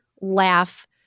laugh